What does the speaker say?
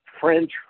French